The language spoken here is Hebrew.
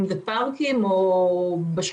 אם אלה פארקים או בשכונות.